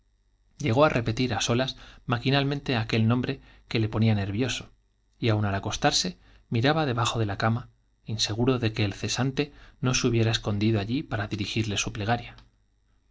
llegó á repetir maquinalmente aquel nombre que le ponía ner solas al acostarse miraba debajo de la cama vioso y aun de que el cesante no se hubiera escondido inseguro allí para dirigirle su plegaria